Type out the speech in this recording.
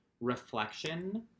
reflection